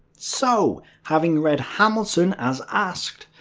so, having read hamilton as asked,